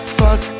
fuck